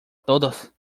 todos